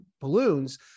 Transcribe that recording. balloons